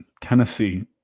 Tennessee